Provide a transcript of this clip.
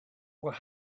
were